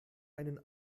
einen